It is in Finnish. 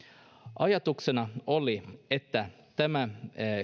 ajatuksena oli että tämä